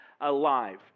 alive